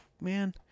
Man